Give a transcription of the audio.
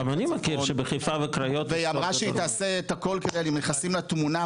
גם אני מכיר שבחיפה וקריות יש תור גדול.